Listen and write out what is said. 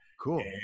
cool